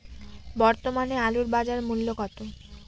বর্তমানে আলুর বাজার মূল্য কত?